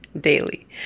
daily